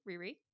Riri